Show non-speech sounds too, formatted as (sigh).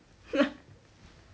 (laughs)